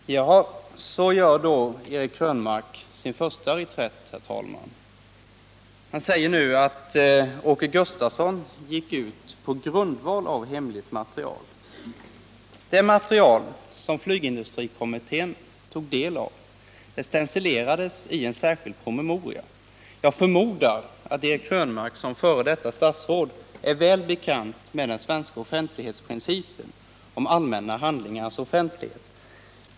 Herr talman! Så gör då Eric Krönmark sin första reträtt. Han säger nu: Åke Gustavsson gick ut på grundval av hemligt material. Det material som flygindustrikommittén tog del av stencilerades i en särskild promemoria. Jag förmodar att Eric Krönmark som f. d. statsråd är väl bekant med den svenska offentlighetsprincipen — om allmänna handlingars offentlighet.